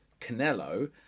Canelo